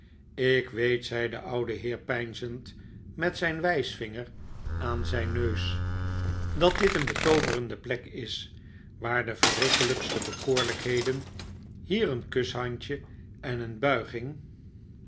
ik weet zei de oude heer peinzend met zijn wijsvinger aan zijn neus dat dit een betooverende plek is waar de verrukkelijkste bekoorlijkheden hier een kushandje en een buiging